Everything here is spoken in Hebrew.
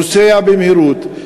נוסע במהירות,